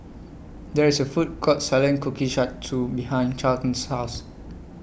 There IS A Food Court Selling Kushikatsu behind Charlton's House